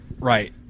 Right